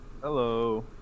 Hello